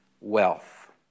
wealth